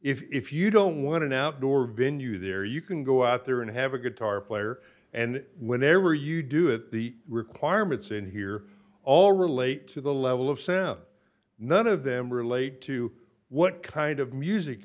if you don't want an outdoor venue there you can go out there and have a guitar player and whenever you do it the requirements in here all relate to the level of sense none of them relate to what kind of music